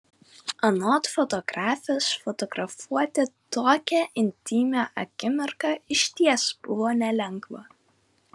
anot fotografės fotografuoti tokią intymią akimirką išties buvo nelengva